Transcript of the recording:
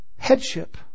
Headship